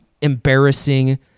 embarrassing